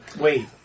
Wait